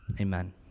Amen